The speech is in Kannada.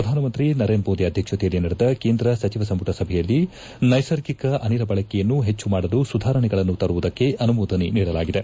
ಪ್ರಧಾನಮಂತ್ರಿ ನರೇಂದ್ರ ಮೋದಿ ಅಧ್ವಕ್ಷತೆಯಲ್ಲಿ ನಡೆದ ಕೇಂದ್ರ ಸಚಿವ ಸಂಪುಟ ಸಭೆಯಲ್ಲಿ ನೈಸರ್ಗಿಕ ಅನಿಲ ಬಳಕೆಯನ್ನು ಹೆಚ್ಚು ಮಾಡಲು ಸುಧಾರಣೆಗಳನ್ನು ತರುವುದಕ್ಕೆ ಅನುಮೋದನೆ ನೀಡಲಾಗಿದೆ